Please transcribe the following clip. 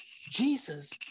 Jesus